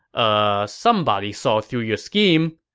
uhh, somebody saw through your scheme.